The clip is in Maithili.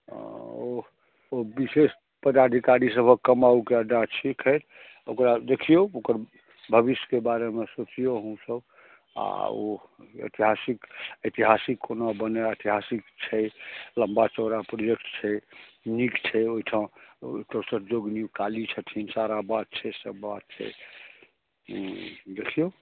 हॅं ओ विशेष पदाधिकारी सभक कमाउके अड्डा छिकै ओकरा देखियौ ओकर भविष्यके बारेमे सोचियौ अहुँ सभ आ ओ ऐतिहासिक ऐतिहासिक कोना बनै ऐतिहासिक छै लम्बा चौड़ा प्रोजेक्ट छै नीक छै ओहिठाम दोसर योगिनी काली छथिन तारा माँ छथि से सभ बात छै देखियौ